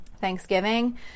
Thanksgiving